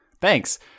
thanks